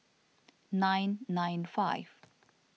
nine nine five